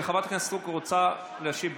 חברת הכנסת רוצה להשיב.